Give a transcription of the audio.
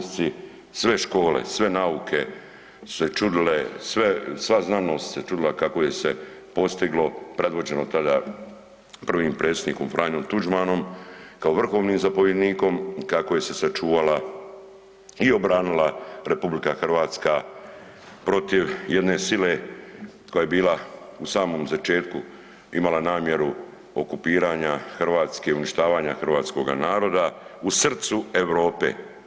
Sve škole, sve nauke su se čudile, sve, sva znanost se čudila kako je se postiglo predvođeno tada prvim predsjednikom Franjom Tuđmanom kao vrhovnim zapovjednikom, kako je se sačuvala i obranila RH protiv jedne sile koja je bila u samom začetku, imala namjeru okupiranja Hrvatske, uništavanja hrvatskoga naroda u srcu Europe.